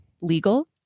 legal